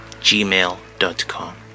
gmail.com